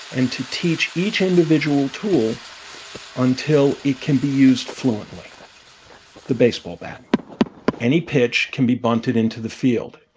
and to teach each individual tool until it can be used fluently the baseball bat any pitch can be bunted into the field.